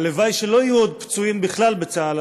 הלוואי שלא יהיו עוד פצועים בכלל בצה"ל,